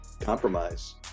compromise